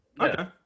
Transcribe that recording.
Okay